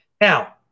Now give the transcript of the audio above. Now